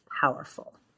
powerful